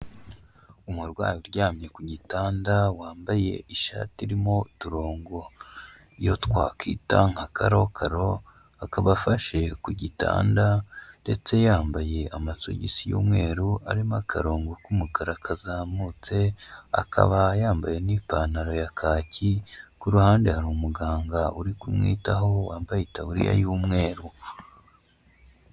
Umurwayi uryamye ku gitanda ,wambaye ishati irimo uturongo iyo twakwita nka karokaro, akaba afashe ku gitanda, ndetse yambaye amasogisi y'umweru arimo akarongo k'umukara kazamutse, akaba yambaye n'ipantaro ya kaki, ku ruhande hari umuganga uri kumwitaho wambaye itaburiya y'umweru.